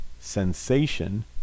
sensation